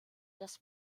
das